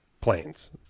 planes